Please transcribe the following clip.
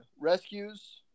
rescues